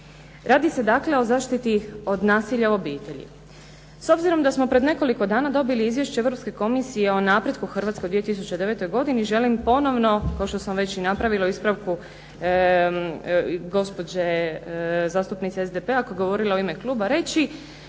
Radi se dakle o zaštiti od nasilja u obitelji. S obzirom da smo pred nekoliko dana dobili izvješće Europske komisije o napretku Hrvatske u 2009. godini želim ponovno kao što sam već i napravila u ispravku gospođe zastupnice SDP-a koja je govorila u ime kluba reći